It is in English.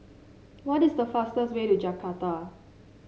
what is the fastest way to Jakarta